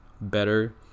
better